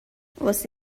você